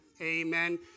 amen